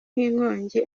n’inkongi